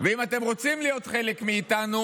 ואם אתם רוצים להיות חלק מאיתנו,